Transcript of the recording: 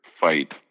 fight